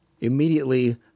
Immediately